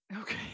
Okay